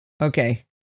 Okay